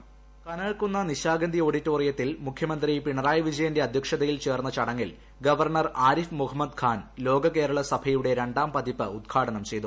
voice Kanakakkunnu Nishagandhi ഓഡിറ്റോറിയത്തിൽ മുഖ്യമന്ത്രി പിണറായി വിജയന്റെ അധ്യക്ഷതയിൽ ചേർന്ന ചടങ്ങിൽ ഗവർണർ ആരിഫ് മുഹമ്മദ് ഖാൻ ലോക കേരള സഭയുടെ രണ്ടാം പതിപ്പ് ഉദ്ഘാടനം ചെയ്തു